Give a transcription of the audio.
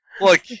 Look